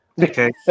Okay